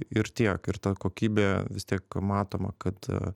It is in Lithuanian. ir tiek ir ta kokybė vis tiek matoma kad